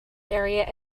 area